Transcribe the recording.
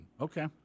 Okay